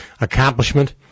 accomplishment